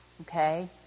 okay